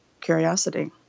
curiosity